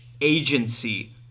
agency